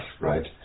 right